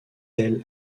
tell